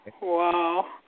Wow